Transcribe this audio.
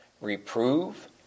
Reprove